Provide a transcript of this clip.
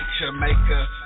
Jamaica